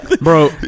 Bro